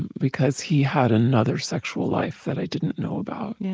because he had another sexual life that i didn't know about. yeah